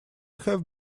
have